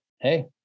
hey